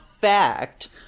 fact